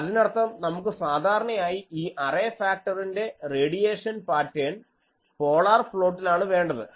അതിനർത്ഥം നമുക്ക് സാധാരണയായി ഈ അറേ ഫാക്ടറിൻ്റെ റേഡിയേഷൻ പാറ്റേൺ പോളർ പ്ലോട്ടിലാണ് വേണ്ടത്